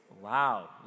Wow